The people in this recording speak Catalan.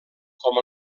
com